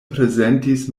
prezentis